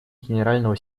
генерального